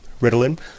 Ritalin